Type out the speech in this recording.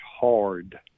hard